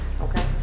okay